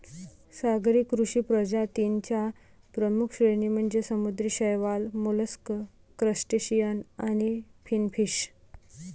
सागरी कृषी प्रजातीं च्या प्रमुख श्रेणी म्हणजे समुद्री शैवाल, मोलस्क, क्रस्टेशियन आणि फिनफिश